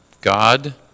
God